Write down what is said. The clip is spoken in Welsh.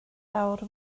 awr